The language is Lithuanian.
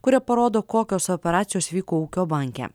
kurie parodo kokios operacijos vyko ūkio banke